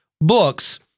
books